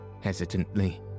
hesitantly